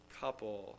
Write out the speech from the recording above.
couple